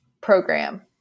program